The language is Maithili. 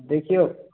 देखिऔ